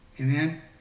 Amen